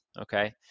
okay